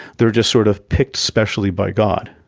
they're just sort of picked specially by god.